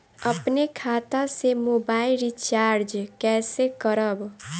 अपने खाता से मोबाइल रिचार्ज कैसे करब?